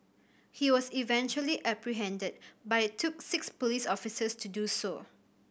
he was eventually apprehended but it took six police officers to do so